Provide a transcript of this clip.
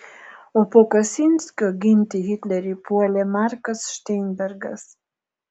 o po kosinskio ginti hitlerį puolė markas šteinbergas